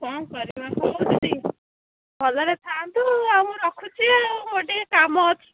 କ'ଣ କରିବା ହଉ ଦିଦି ଭଲରେ ଥାଆନ୍ତୁ ଆଉ ମୁଁ ରଖୁଛି ଆଉ ମୋର ଟିକେ କାମ ଅଛି